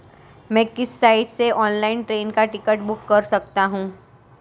मैं किस साइट से ऑनलाइन ट्रेन का टिकट बुक कर सकता हूँ?